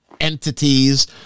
entities